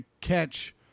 catch